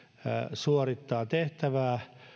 suorittaa tehtävää